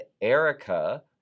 Erica